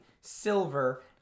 silver